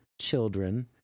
children